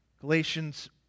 Galatians